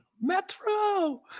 Metro